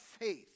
faith